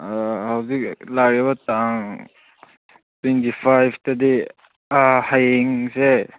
ꯍꯧꯖꯤꯛ ꯂꯥꯛꯂꯤꯕ ꯇꯥꯡ ꯇ꯭ꯋꯦꯟꯇꯤ ꯐꯥꯏꯕꯇꯗꯤ ꯍꯌꯦꯡꯁꯦ